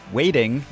waiting